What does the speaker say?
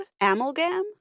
Amalgam